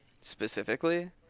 specifically